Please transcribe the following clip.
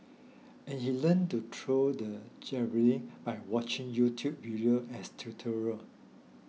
and he learnt to throw the javelin by watching YouTube video as tutorial